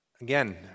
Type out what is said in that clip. Again